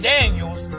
Daniels